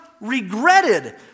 regretted